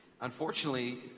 unfortunately